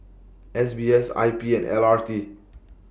S B S I P and L R T